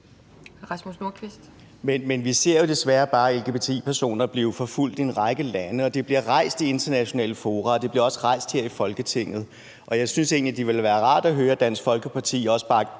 Men vi ser jo desværre bare lgbti-personer blive forfulgt i en række lande, og det bliver rejst i internationale fora, og det bliver også rejst her i Folketinget. Og jeg synes egentlig, det ville være rart at høre Dansk Folkeparti også bakke